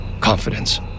confidence